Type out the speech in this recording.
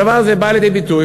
הדבר הזה בא לידי ביטוי,